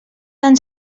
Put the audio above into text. ens